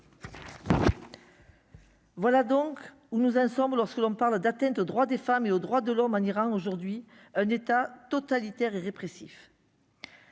Voilà donc où nous en sommes, ou lorsque l'on parle d'atteinte aux droits des femmes et aux droits de l'homme en Iran aujourd'hui un état totalitaire et répressif